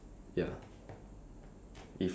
had just followed directions